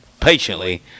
patiently